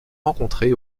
rencontrée